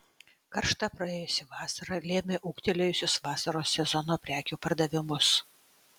karšta praėjusi vasara lėmė ūgtelėjusius vasaros sezono prekių pardavimus